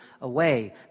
away